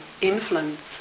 influence